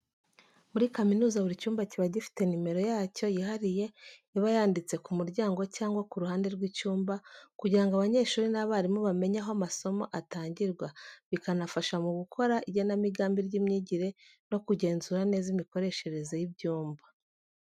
Muri kaminuza buri cyumba kiba gifite nimero yacyo yihariye iba yanditse ku muryango cyangwa ku ruhande rw'icyumba, kugira ngo abanyeshuri n'abarimu bamenye aho amasomo atangirwa, bikanafasha mu gukora igenamigambi ry'imyigire no kugenzura neza imikoreshereze y'ibyumba.